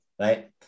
right